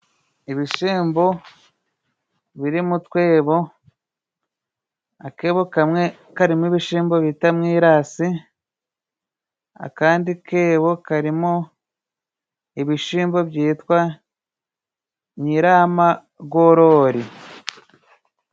ibishimbo biri mu twebo; akebo kamwe karimo ibishimbo bita mwirasi; akandi kebo karimo ibishimbo byitwa nyiramagorori.